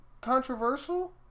controversial